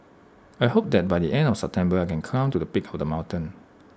I hope that by the end of September I can climb to the peak of the mountain